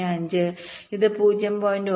15 ഇത് 0